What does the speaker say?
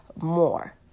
more